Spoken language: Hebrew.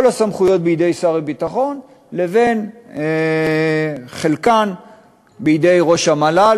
הסמכויות בידי שר הביטחון לבין חלקן בידי ראש המל"ל.